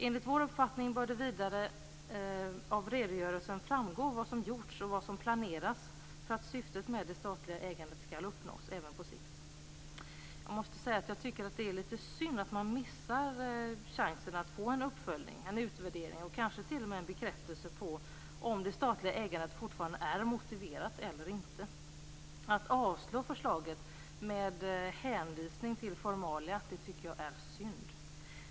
Enligt vår uppfattning bör det vidare framgå av redogörelsen vad som gjorts och vad som planeras för att syftet med det statliga ägandet skall uppnås även på sikt. Jag tycker att det är lite synd att man missar chansen att få en uppföljning, en utvärdering och kanske t.o.m. en bekräftelse på om det statliga ägandet fortfarande är motiverat eller inte. Jag tycker att det är synd att avslå förslaget med hänvisning till formalia.